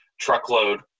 truckload